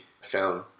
found